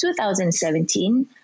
2017